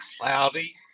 cloudy